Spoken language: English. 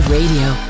Radio